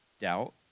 doubt